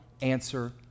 answer